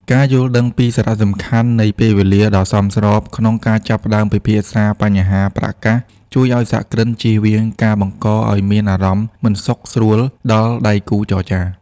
ការយល់ដឹងពីសារៈសំខាន់នៃ "ពេលវេលាដ៏សមស្រប" ក្នុងការចាប់ផ្ដើមពិភាក្សាបញ្ហាប្រាក់កាស ជួយឱ្យសហគ្រិនជៀសវាងការបង្កឱ្យមានអារម្មណ៍មិនសុខស្រួលដល់ដៃគូចរចា។